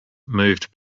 moved